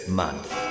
month